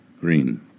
Green